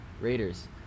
Raiders